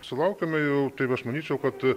sulaukiame jau taip aš manyčiau kad